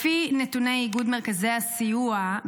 לפי נתוני איגוד מרכזי הסיוע,